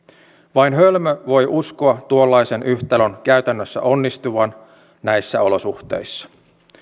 vain hölmö voi uskoa tuollaisen yhtälön käytännössä onnistuvan näissä olosuhteissa